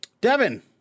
Devin